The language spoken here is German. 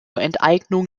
enteignung